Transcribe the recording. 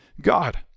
God